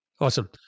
Awesome